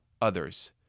others